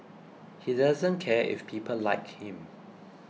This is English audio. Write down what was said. he doesn't care if people like him